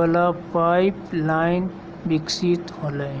वला pipeline विकसित होलय